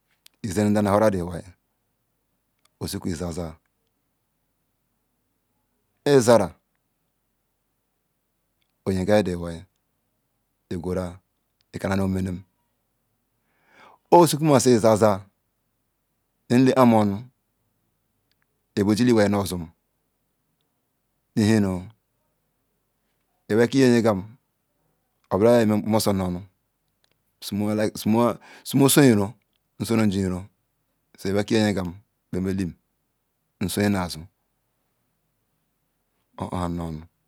Izen nem zan na haral the iwai osuku! zen a za in zaral oyingal the iwai igura ika na nu mennem osukul masi izen za ibe jili iwai ikinu zom ihanun iwaiki iyanyzm obolaya yeyam tapoma nu nu sumu soiron nsonogeron so iwai iya yam bemekim nusonna zun.